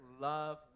love